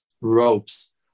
ropes